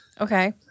Okay